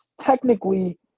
technically